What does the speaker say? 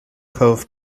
cove